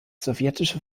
sowjetische